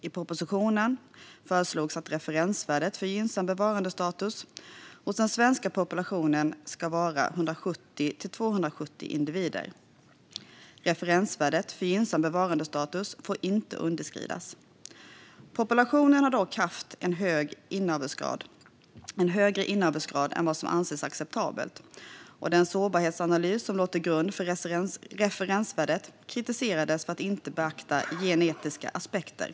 I propositionen föreslås att referensvärdet för gynnsam bevarandestatus hos den svenska populationen ska vara 170-270 individer. Referensvärdet för gynnsam bevarandestatus får inte underskridas. Populationen har dock haft en högre inavelsgrad än vad som anses acceptabelt, och den sårbarhetsanalys som låg till grund för referensvärdet kritiserades för att inte beakta genetiska aspekter.